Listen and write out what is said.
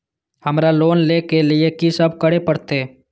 हमरा लोन ले के लिए की सब करे परते?